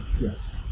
yes